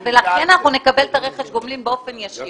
אנחנו לכן נקבל את הרכש גומלין באופן ישיר.